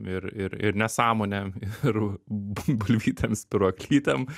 ir ir ir nesąmonėm ir bu bulvytėm spyruoklytėm